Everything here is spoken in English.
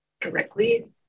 directly